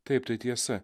taip tai tiesa